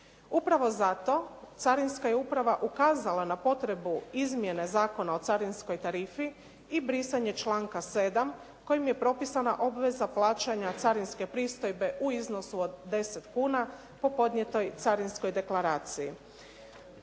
Upravo zato carinska je uprava ukazala na potrebu izmjene Zakona o carinskoj tarifi i brisanje članka 7. kojim je propisana obveza plaćanja carinske pristojbe u iznosu od 10 kuna po podnijetoj carinskoj deklaraciji.